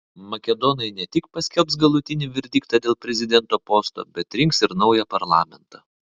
makedonai ne tik paskelbs galutinį verdiktą dėl prezidento posto bet rinks ir naują parlamentą